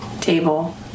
table